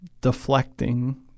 deflecting